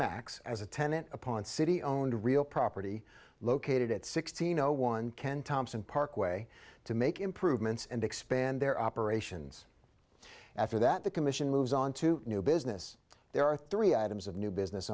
max as a tenant upon city owned real property located at sixteen zero one ken thompson parkway to make improvements and expand their operations after that the commission moves on to new business there are three items of new business